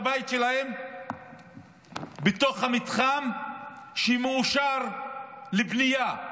הבית שלהם בתוך המתחם שמאושר לבנייה,